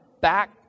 back